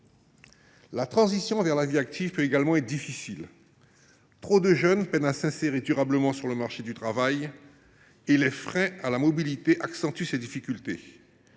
La transition vers la vie active peut également être difficile. Trop de jeunes peinent à s’insérer durablement sur le marché du travail et les freins à la mobilité accentuent ces difficultés.